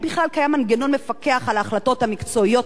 האם בכלל קיים מנגנון מפקח על ההחלטות המקצועיות